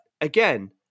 again